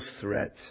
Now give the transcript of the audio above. threat